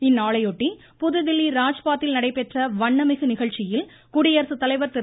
இந்நாளையொட்டி புதுதில்லி ராஜ்பாத்தில் நடைபெற்ற வண்ணமிகு நிகழ்ச்சியில் குடியரசுத் தலைவர் திரு